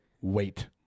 wait